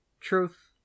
Truth